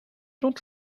don’t